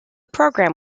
program